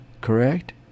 correct